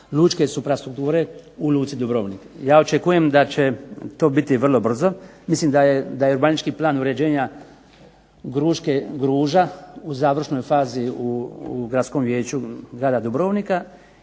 lučke suprastrukture u luci Dubrovnik. Ja očekujem da će to biti vrlo brzo, mislim da je urbanistički plan uređenja Gruške, Gruža u završnoj fazi u gradskom vijeću grada Dubrovnika